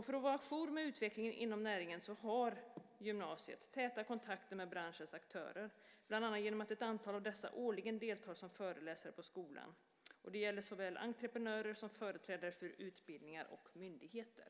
För att vara ajour med utvecklingen inom näringen har gymnasiet täta kontakter med branschens aktörer, bland annat genom att ett antal av dessa årligen deltar som föreläsare på skolan. Det gäller såväl entreprenörer som företrädare för utbildningar och myndigheter.